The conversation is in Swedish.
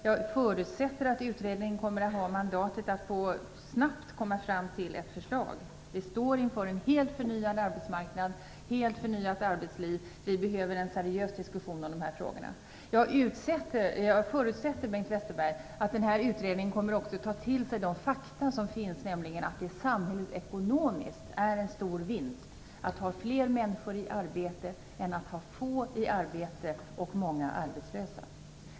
Jag förutsätter att utredningen kommer att ha mandatet att snabbt komma fram till ett förslag. Vi står inför en helt förnyad arbetsmarknad och ett helt förnyat arbetsliv. Vi behöver en seriös diskussion om dessa frågor. Jag förutsätter, Bengt Westerberg, att utredningen också kommer att ta till sig de fakta som finns, nämligen att det samhällsekonomiskt är en större vinst att ha fler människor i arbete än att ha få i arbete och många arbetslösa.